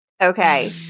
Okay